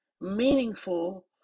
meaningful